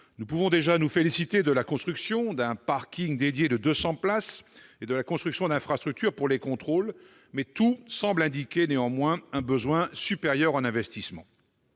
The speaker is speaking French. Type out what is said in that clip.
Nous pouvons déjà nous féliciter de la construction d'un parking dédié de 200 places et de la construction d'infrastructures pour les contrôles, mais tout semble indiquer que davantage d'investissements